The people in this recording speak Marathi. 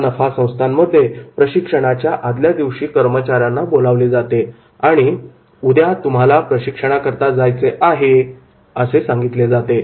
ना नफा संस्थांमध्ये प्रशिक्षणाच्या आदल्या दिवशी कर्मचाऱ्यांना बोलावले जाते आणि उद्या तुम्हाला प्रशिक्षणा करता जायचे आहे असे सांगितले जाते